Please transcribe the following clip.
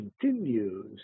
continues